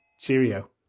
cheerio